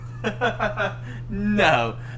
No